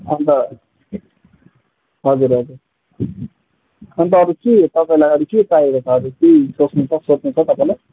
अन्त हजुर हजुर अन्त अरू के तपाईँलाई अरू के चाहिएको छ अरू केही सोध्नु छ सोध्नु हुन्छ तपाईँलाई